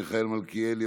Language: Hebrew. מיכאל מלכיאלי,